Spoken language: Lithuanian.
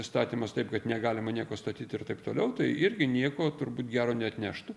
įstatymas taip kad negalima nieko statyti ir taip toliau tai irgi nieko turbūt gero neatneštų